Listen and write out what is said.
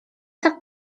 tak